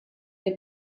для